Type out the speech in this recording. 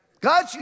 God